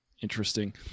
Interesting